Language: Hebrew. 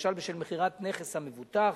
למשל בשל מכירת הנכס המבוטח,